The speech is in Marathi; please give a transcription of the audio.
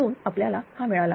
V2 आपल्याला हा मिळाला